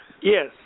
Yes